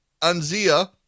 Anzia